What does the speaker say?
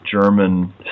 German